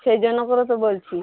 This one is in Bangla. সেই জন্য করে তো বলছি